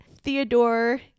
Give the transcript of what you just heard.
Theodore